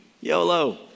YOLO